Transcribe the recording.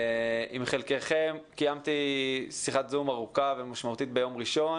עם חלקכם קיימתי שיחת זום ארוכה ומשמעותית ביום ראשון